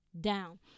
down